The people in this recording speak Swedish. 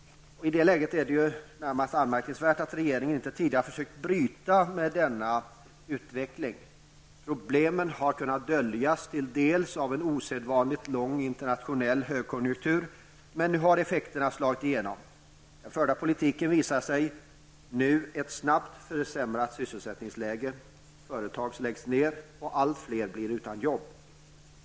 Det är i det läget anmärkningsvärt att regeringen inte tidigare har försökt bryta denna negativa utveckling. Problemen har till dels kunnat döljas av en osedvanligt lång internationell högkonjunktur, men nu har effekterna slagit igenom. Den förda politiken visar sig nu i ett snabbt försämrat sysselsättningsläge: Företag läggs ned och allt fler blir utan jobb.